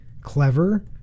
clever